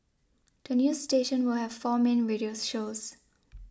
the new station will have four main radio shows